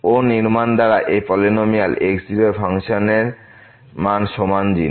ও নির্মাণ দ্বারা এ এই পলিনমিয়াল x0 এ ফাংশন মান x0 সমান জিনিস